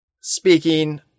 speaking